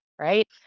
right